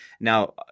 Now